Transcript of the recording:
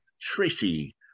Tracy